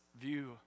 view